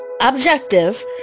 objective